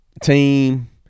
team